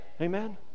Amen